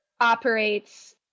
operates